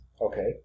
Okay